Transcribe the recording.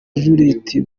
judithe